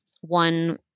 one